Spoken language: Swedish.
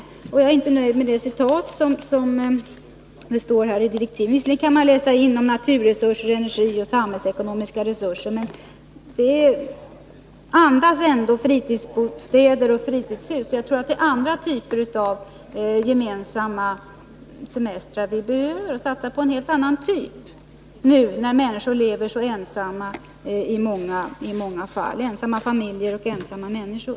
Visserligen kan man läsa om att samhället bör medverka till att fritidsboendet utvecklas i former som är förenliga med kravet på god hushållning med naturresurser, energi och samhällsekonomiska resurser, men allt andas ändå fritidsbostäder och fritidshus. Jag tror att det är helt andra typer av gemensamma semestrar vi behöver satsa på, nu när människor lever så ensamma i många fall — ensamma familjer och ensamma människor.